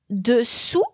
dessous